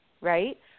right